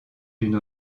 d’une